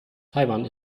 taiwan